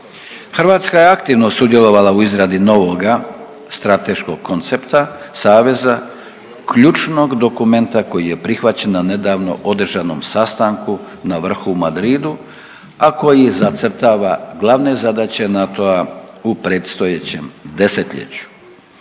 Hrvatska je aktivno sudjelovala u izradi novoga strateškog koncepta saveza ključnog dokumenta koji je prihvaćen na nedavno održanom sastanku na vrhu u Madridu, a koji zacrtava glavne zadaće NATO-a u predstojećem desetljeću.